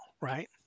right